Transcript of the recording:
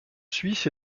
suisse